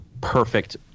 Perfect